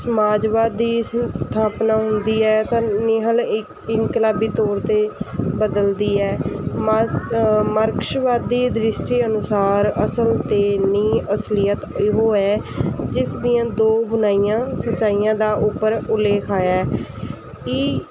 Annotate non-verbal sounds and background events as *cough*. ਸਮਾਜਵਾਦੀ ਸ ਸਥਾਪਨਾ ਹੁੰਦੀ ਹੈ ਤਾਂ *unintelligible* ਇ ਇੰਨਕਲਾਬੀ ਤੌਰ 'ਤੇ ਬਦਲਦੀ ਹੈ ਮਾਸ ਮਾਰਕਸ਼ਵਾਦੀ ਦ੍ਰਿਸ਼ਟੀ ਅਨੁਸਾਰ ਅਸਲ ਤਾਂ ਨਹੀਂ ਅਸਲੀਅਤ ਉਹ ਹੈ ਜਿਸ ਦੀਆਂ ਦੋ ਬੁਣਾਈਆਂ ਸਚਾਈਆਂ ਦਾ ਉੱਪਰ ਉਲੇਖ ਆਇਆ ਇਹ